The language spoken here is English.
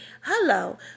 Hello